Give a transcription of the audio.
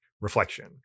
reflection